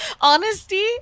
honesty